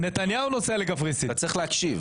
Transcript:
אני מדבר על ראש הממשלה.